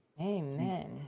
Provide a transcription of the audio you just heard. Amen